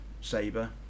Sabre